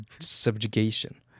Subjugation